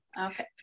Okay